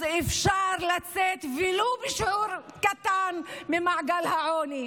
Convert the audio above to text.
אז אפשר לצאת ממעגל העוני,